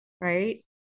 right